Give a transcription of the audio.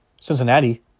Cincinnati